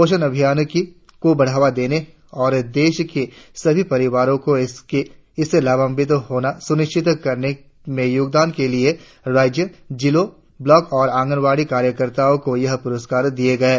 पोषण अभियान को बढ़ावा देने और देश के सभी परिवारो को इससे लाभान्वित होना सुनिश्चित करने में योगदान के लिए राज्यों जिलों ब्लॉकों और आंगनवाड़ी कार्यकर्ताओ को ये पुरस्कार दिए गए हैं